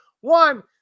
One